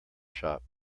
shop